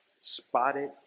spotted